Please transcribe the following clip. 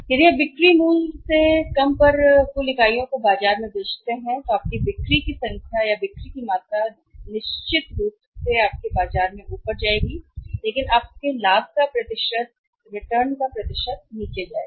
यदि आप बिक्री मूल्य से कम हैं तो कुल इकाइयों के बाजार में आपकी बिक्री की संख्या बिक्री की मात्रा जिससे आपका बाजार निश्चित रूप से ऊपर जाएगा लेकिन आपके लाभ का प्रतिशत रिटर्न का प्रतिशत नीचे जाएगा